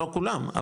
לא כולם,